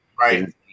Right